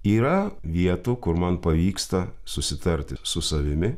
yra vietų kur man pavyksta susitarti su savimi